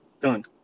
done